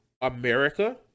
America